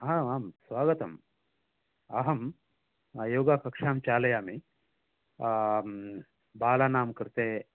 आम् आं स्वागतम् अहम् योग कक्षां चालयामि बालानां कृते